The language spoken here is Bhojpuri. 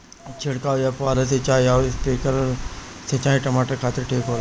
छिड़काव या फुहारा सिंचाई आउर स्प्रिंकलर सिंचाई टमाटर खातिर ठीक होला?